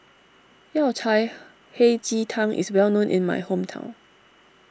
Yao Cai Hei Ji Tang is well known in my hometown